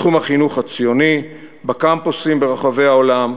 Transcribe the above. בתחום החינוך הציוני, בקמפוסים ברחבי העולם,